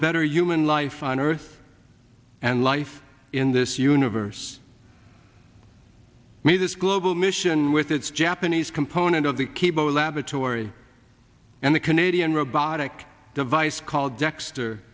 better human life on earth and life in this universe may this global mission with its japanese component of the keeper laboratory and the canadian robotic device called dexter